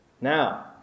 Now